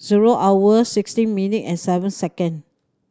zero hour sixteen minute and seven second